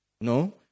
No